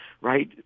right